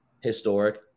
historic